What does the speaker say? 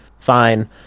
Fine